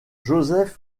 joseph